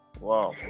Wow